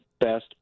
best